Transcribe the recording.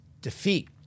defeat